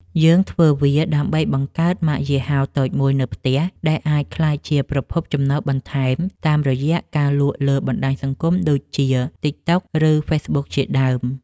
យើងធ្វើវាដើម្បីបង្កើតម៉ាកយីហោតូចមួយនៅផ្ទះ ដែលអាចក្លាយជាប្រភពចំណូលបន្ថែមតាមរយៈការលក់លើបណ្ដាញសង្គមដូចជា TikTok ឬ Facebook ជាដើម។